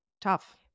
tough